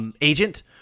agent